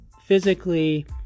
physically